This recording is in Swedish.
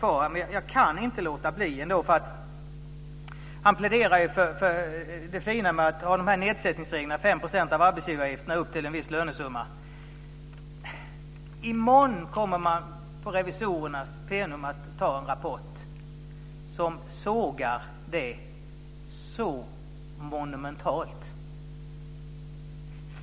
Nu är han inte kvar här, men han pläderade för det fina med nedsättningen med 5 % av arbetsgivaravgiften upp till en viss lönesumma. I morgon kommer det att presenteras en rapport på revisorernas plenum som sågar denna nedsättning monumentalt.